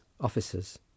Officers